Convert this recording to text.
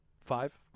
five